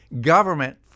Government